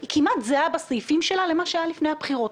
היא כמעט זהה בסעיפים שלה למה שהיה לפני הבחירות.